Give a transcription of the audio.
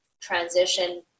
transition